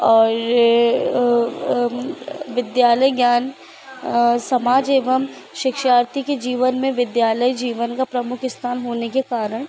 और विद्यालय ज्ञान समाज एवं शिक्षार्थी के जीवन में विद्यालय जीवन का प्रमुख स्थान होने के कारण